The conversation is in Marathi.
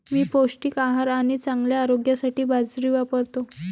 मी पौष्टिक आहार आणि चांगल्या आरोग्यासाठी बाजरी वापरतो